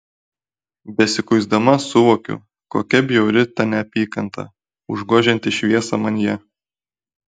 besikuisdama suvokiu kokia bjauri ta neapykanta užgožianti šviesą manyje